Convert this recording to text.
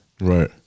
Right